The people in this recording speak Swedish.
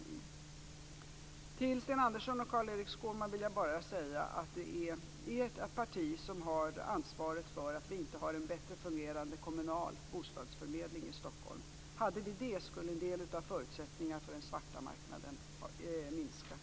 Det är Sten Anderssons och Carl-Erik Skårmans parti som har ansvaret för att vi inte har en bättre fungerande kommunal bostadsförmedling i Stockholm. Om en sådan fanns skulle en del av förutsättningarna för den svarta marknaden ha minskat i omfattning.